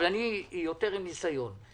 אבל אני עם ניסיון יותר.